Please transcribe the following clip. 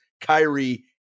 Kyrie